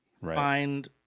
find